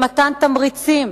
במתן תמריצים